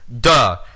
Duh